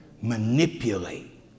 manipulate